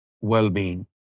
well-being